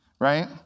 right